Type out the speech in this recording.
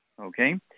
Okay